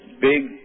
big